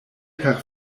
per